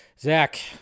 Zach